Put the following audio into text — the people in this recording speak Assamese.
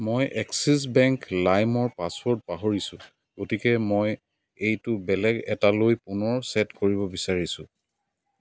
মই এক্সিছ বেংক লাইমৰ পাছৱৰ্ড পাহৰিছোঁ গতিকে মই এইটো বেলেগ এটালৈ পুনৰ ছেট কৰিব বিচাৰিছোঁ